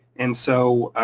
and so